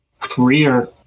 career